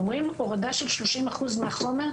אומרים הורדה של 30% מהחומר,